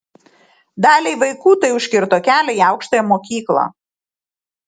daliai vaikų tai užkirto kelią į aukštąją mokyklą